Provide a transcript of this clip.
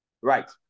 Right